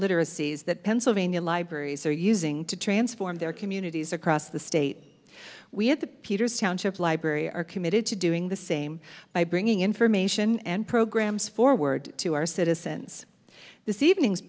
literacies that pennsylvania libraries are using to transform their communities across the state we have the peters township library are committed to doing the same by bringing information and programs forward to our citizens this evening